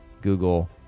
Google